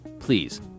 please